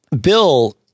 Bill